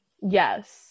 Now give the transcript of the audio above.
yes